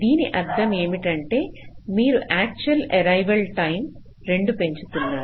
దీని అర్థం ఏమిటంటే మీరు యాక్చువల్ ఏరైవల్ టైం 2 పెంచుతున్నారు